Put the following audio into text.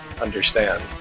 understand